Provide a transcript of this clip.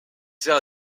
sert